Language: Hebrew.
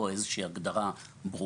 או איזו שהיא הגדרה ברורה,